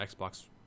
Xbox